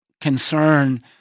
concern